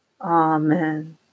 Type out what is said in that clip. Amen